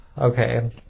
Okay